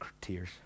tears